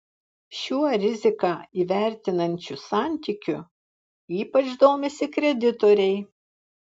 šiuo riziką įvertinančiu santykiu ypač domisi kreditoriai